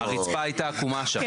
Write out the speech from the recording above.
הרצפה הייתה עקומה שם.